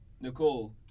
Nicole